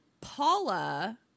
Paula